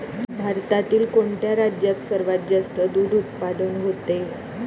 भारतातील कोणत्या राज्यात सर्वात जास्त दूध उत्पादन होते?